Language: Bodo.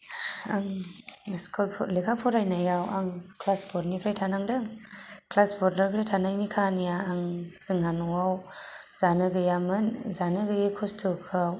आं लेखा फरायनायाव आं क्लास फरनिफ्राय थानांदों क्सास फरनिफ्राय थानायनि काहानिया आं जोंहा नआव जानो गैयामोन जानो गैयै खस्थआव